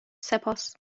سپاس